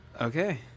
Okay